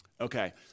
Okay